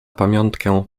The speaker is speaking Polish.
pamiątkę